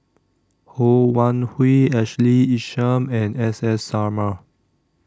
Ho Wan Hui Ashley Isham and S S Sarma